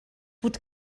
would